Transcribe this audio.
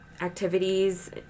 activities